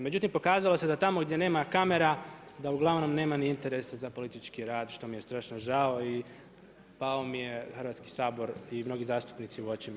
Međutim, pokazalo se da tamo gdje nema kamera da uglavnom nema ni interesa za politički rad što mi je strašno žao i pao mi je Hrvatski sabor i mnogi zastupnici u očima.